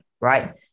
right